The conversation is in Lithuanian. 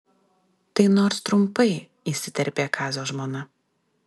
tai nors trumpai įsiterpė kazio žmona